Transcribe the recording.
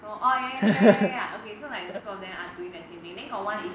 oh ya ya ya ya okay so like two of them are doing the same thing then got one is